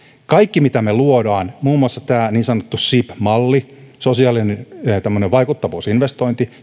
kaikki mitä luomme muun muassa tämä niin sanottu sib malli tämmöinen vaikuttavuusinvestointi